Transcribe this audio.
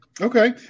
okay